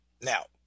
now